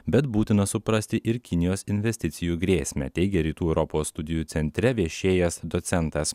bet būtina suprasti ir kinijos investicijų grėsmę teigia rytų europos studijų centre viešėjęs docentas